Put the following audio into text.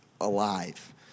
alive